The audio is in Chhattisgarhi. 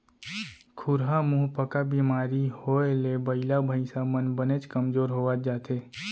खुरहा मुहंपका बेमारी होए ले बइला भईंसा मन बनेच कमजोर होवत जाथें